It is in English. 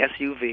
SUV